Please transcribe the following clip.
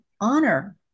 Honor